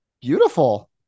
Beautiful